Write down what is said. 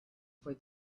for